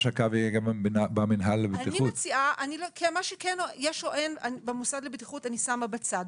מה שיש או אין במוסד לבטיחות אני שמה בצד.